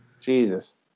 jesus